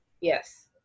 Yes